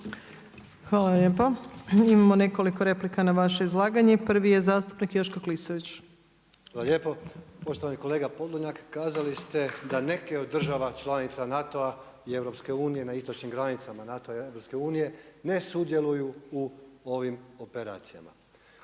Hvala lijepo. Imamo nekoliko replika na vaše izlaganje. I prvi je zastupnik Joško Klisović. **Klisović, Joško (SDP)** Hvala lijepo. Poštovani kolega Podolnjak kazali ste da neke od država članica NATO-a i EU na istočnim granicama NATO i EU ne sudjeluju u ovim operacijama.